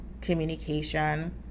communication